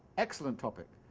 excellent topic,